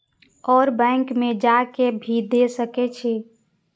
और बैंक में जा के भी दे सके छी?